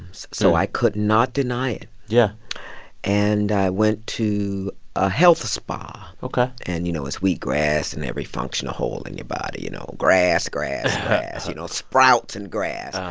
so i could not deny it yeah and i went to a health spa ok and, you know, it's wheat grass in every functional hole in your body you know, grass, grass, grass you know, sprouts and grass.